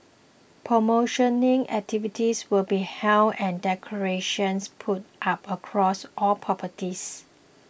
promotional activities will be held and decorations put up across all properties